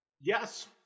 Yes